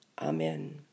Amen